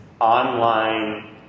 online